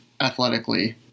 athletically